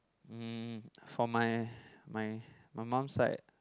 mm for my my my mum side